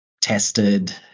tested